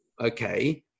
Okay